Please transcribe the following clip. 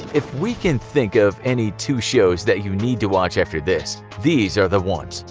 if we can think of any two shows that you need to watch after this, these are the ones,